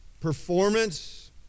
performance